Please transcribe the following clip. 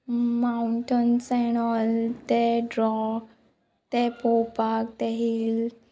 mountains and all तें draw तें पोवपाक तें हील